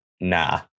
nah